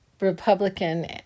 Republican